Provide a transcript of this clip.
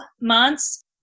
months